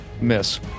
Miss